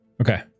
Okay